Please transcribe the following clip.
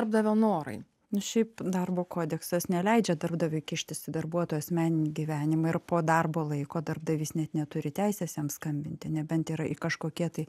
darbdavio norai ne šiaip darbo kodeksas neleidžia darbdaviui kištis į darbuotojo asmeninį gyvenimą ir po darbo laiko darbdavys net neturi teisės jam skambinti nebent tėra kažkokie tai